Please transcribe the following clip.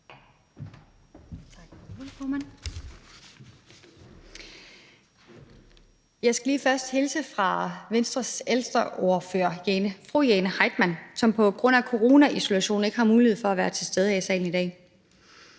Jeg skal lige først hilse fra Venstres ældreordfører, fru Jane Heitmann, som på grund af coronaisolation ikke har mulighed for at være til stede her i salen i dag.